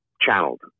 channeled